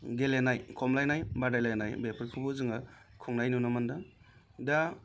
गेलेनाय खमलायनाय बादायलायनाय बेफोरखौबो जोङो खुंनाय नुनो मोनदों दा